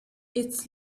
its